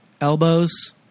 elbows